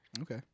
Okay